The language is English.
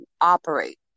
operate